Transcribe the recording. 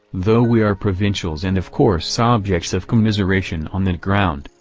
though we are provincials and of course objects of commiseration on that ground,